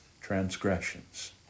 transgressions